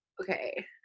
Okay